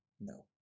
no